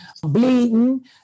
Bleeding